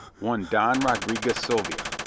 one don roderiguez sylvia,